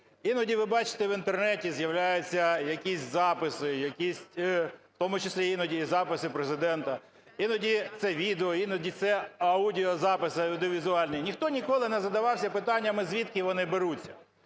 Іноді ви бачите в Інтернеті з'являються якісь записи, якісь, в тому числі іноді і записи Президента, іноді це відео, іноді це аудіозаписи, аудіовізуальні. Ніхто ніколи не задавався питаннями, звідки вони беруться.